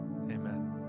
amen